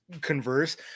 converse